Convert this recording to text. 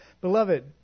Beloved